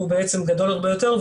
הוא גדול הרבה יותר,